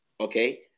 Okay